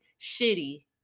shitty